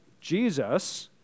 Jesus